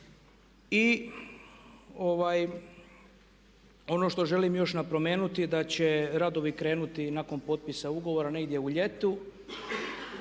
I ono što želim još napomenuti da će radovi krenuti i nakon potpisa ugovora negdje u ljetu.